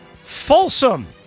Folsom